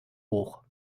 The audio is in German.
hoch